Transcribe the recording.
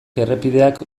errepideak